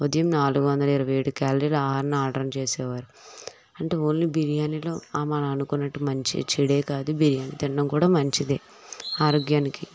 ఉదయం నాలుగువందల ఇరవైఏడు క్యాలరీలు ఆహరాన్ని చేసేవారు అంటే ఓన్లీ బిర్యానీలో మనం అనుకున్నట్టు మంచి చెడే కాదు బిర్యానీ తిండం కూడా మంచిదే ఆరోగ్యానికి